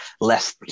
less